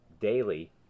daily